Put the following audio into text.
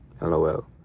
LOL